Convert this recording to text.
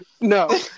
No